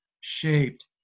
shaped